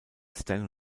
stan